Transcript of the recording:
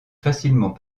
facilement